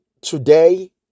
today